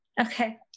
Okay